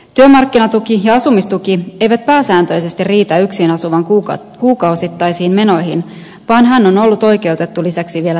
työmarkkinatuki ja asumistuki eivät pääsääntöisesti riitä yksin asuvan kuukausittaisiin menoihin vaan hän on ollut oikeutettu lisäksi vielä toimeentulotukeen